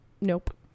nope